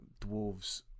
dwarves